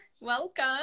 welcome